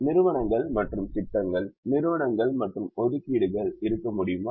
நிறுவனங்கள் மற்றும் திட்டங்கள் நிறுவனங்கள் மற்றும் ஒதுக்கீடுகள் இருக்க முடியுமா